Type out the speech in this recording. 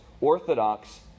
orthodox